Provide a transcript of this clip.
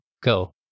Go